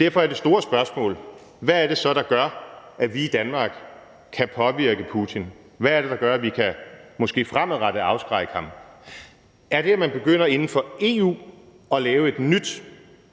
Derfor er det store spørgsmål, hvad det så er, der gør, at vi i Danmark kan påvirke Putin. Hvad er det, der gør, at vi måske fremadrettet kan afskrække ham? Er det, at man inden for EU begynder at lave et nyt